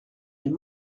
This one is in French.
est